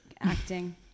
acting